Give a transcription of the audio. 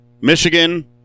Michigan